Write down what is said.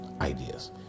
ideas